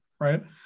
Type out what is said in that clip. right